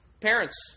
parents